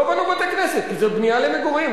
לא בנו בתי-כנסת כי זו בנייה למגורים,